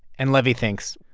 and levy thinks,